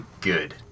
good